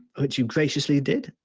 which you graciously did.